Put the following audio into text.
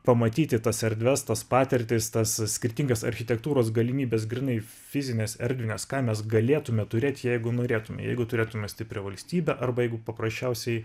pamatyti tas erdves tas patirtis tas skirtingas architektūros galimybes grynai fizines erdvines ką mes galėtume turėt jeigu norėtume jeigu turėtume stiprią valstybę arba jeigu paprasčiausiai